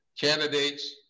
candidates